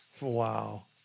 Wow